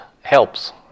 helps